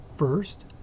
First